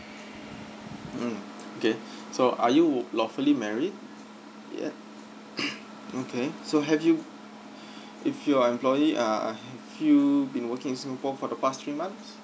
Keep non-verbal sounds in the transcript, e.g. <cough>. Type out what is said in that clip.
mm okay <breath> so are you lawfully married yet <coughs> okay so have you <breath> if you are employee uh have you been working in singapore for the past few months